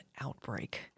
outbreak